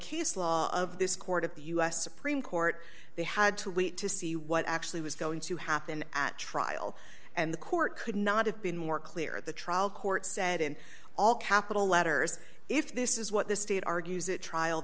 case law of this court of the u s supreme court they had to wait to see what actually was going to happen at trial and the court could not have been more clear the trial court said in all capital letters if this is what the state argues it trial